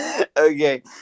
Okay